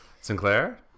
Sinclair